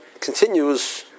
continues